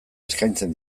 eskaintzen